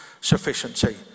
sufficiency